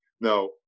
Now